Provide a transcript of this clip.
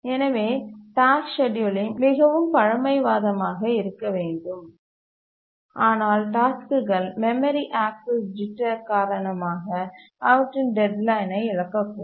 எனவே task scheduling மிகவும் பழமைவாதமாக இருக்க வேண்டும் ஆனால் டாஸ்க்குகள் மெமரி ஆக்சஸ் ஜிட்டர் காரணமாக அவற்றின் டெட்லைனை இழக்கக்கூடும்